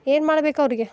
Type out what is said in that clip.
ಏನು ಮಾಡ್ಬೇಕು ಅವರಿಗೆ